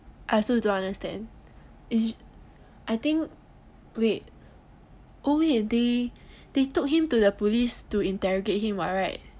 I also don't understand is I think wait oh wait they they took him to the police to interrogate him [what] right